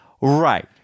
Right